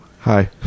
Hi